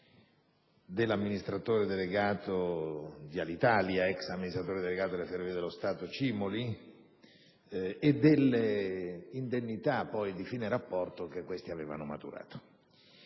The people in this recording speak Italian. dell'amministratore delegato di Alitalia, già amministratore delegato delle Ferrovie dello Stato, Giancarlo Cimoli e delle indennità di fine rapporto da questi maturate.